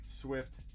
Swift